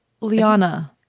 Liana